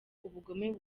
ubugome